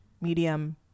medium